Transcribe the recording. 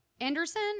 anderson